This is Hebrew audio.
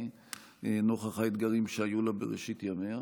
נוכח האתגרים שהיו לה בראשית ימיה.